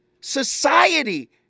society